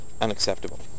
unacceptable